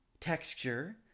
texture